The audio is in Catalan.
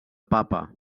papa